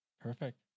Perfect